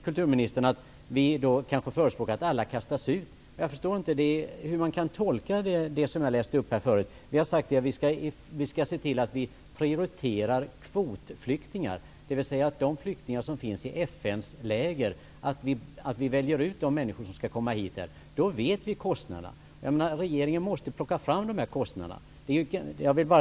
Kulturministern säger att vi förespråkar att alla skall kastas ut. Jag kan inte förstå hur man kan tolka det jag läste upp tidigare så. Vi har sagt att kvotflyktingar skall prioriteras, dvs. de flyktingar som finns i FN:s läger. Vi skall välja ut de människor som skall få komma hit. Då vet vi kostnaderna. Regeringen måste plocka fram dessa kostnader.